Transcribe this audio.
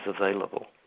available